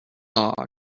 dog